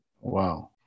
Wow